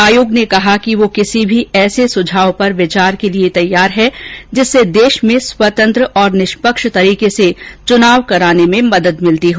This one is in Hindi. आयोग ने कहा कि वह किसी भी ऐसे सुझाव पर विचार के लिये तैयार है जिससे देश में स्वतंत्र और निष्पक्ष तरीके से चुनाव कराने में मदद मिलती हो